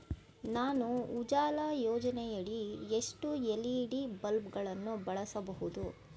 ನಾನು ಉಜಾಲ ಯೋಜನೆಯಡಿ ಎಷ್ಟು ಎಲ್.ಇ.ಡಿ ಬಲ್ಬ್ ಗಳನ್ನು ಬಳಸಬಹುದು?